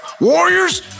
Warriors